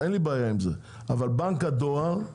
אין לי בעיה עם זה אבל בנק הדואר יהיה.